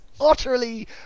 utterly